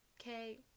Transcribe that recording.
okay